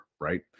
right